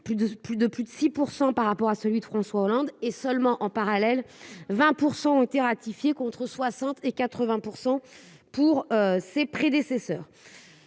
de plus de 6 % par rapport à celui de François Hollande, et seulement en parallèle 20 % ont été ratifiées contre 60 et 80 % pour ses prédécesseurs,